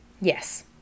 Yes